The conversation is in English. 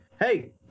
Hey